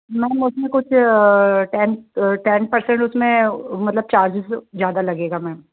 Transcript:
ma'am उसमें कुछ ten ten percent उसमें मतलब चार्जेज ज़्यादा लगेगा मैम